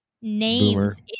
names